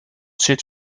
zit